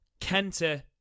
Kenta